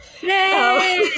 Yay